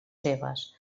seves